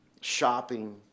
shopping